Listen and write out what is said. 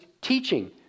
teaching